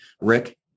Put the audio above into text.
Rick